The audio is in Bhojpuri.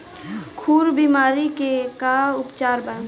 खुर बीमारी के का उपचार बा?